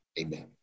Amen